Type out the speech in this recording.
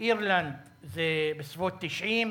באירלנד זה בסביבות 90,